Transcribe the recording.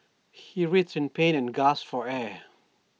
he writhed in pain and gasped for air